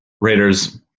Raiders